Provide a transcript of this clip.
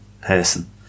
person